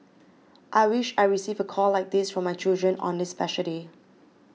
I wish I receive a call like this from my children on this special day